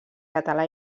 català